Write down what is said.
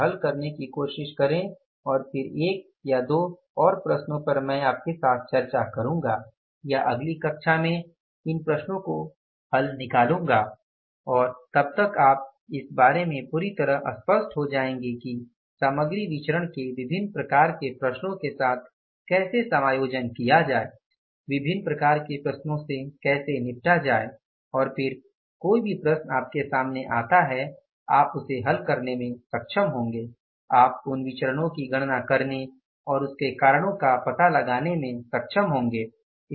यहाँ पर हल करने की कोशिश करें और फिर एक या दो और प्रश्नों पर मैं आपके साथ चर्चा करूँगा या अगली कक्षा में इन प्रश्नों को हल निकालूँगा और तब तक आप इस बारे में पूरी तरह स्पष्ट हो जाएँगे कि सामग्री विचरण के विभिन्न प्रकार के प्रश्नों के साथ कैसे समायोजन किया जाए विभिन्न प्रकार के प्रश्नों से कैसे निपटा जाये और फिर कोई भी प्रश्न आपके सामने आता है आप उसे हल करने में सक्षम होंगे आप उन विचरणो की गणना करने और उसके कारणों का पता लगाने में सक्षम होंगे